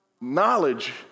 knowledge